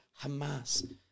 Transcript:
Hamas